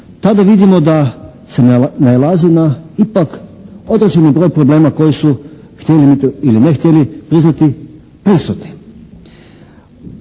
tada vidimo da se nailazi na ipak određeni broj problema koji su htjeli mi to ili ne htjeli priznati prisutni.